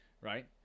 right